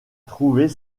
trouver